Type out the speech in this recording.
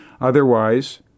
Otherwise